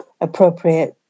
appropriate